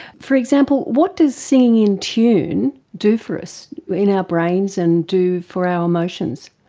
for example, what does singing in tune do for us in our brains and do for our emotions?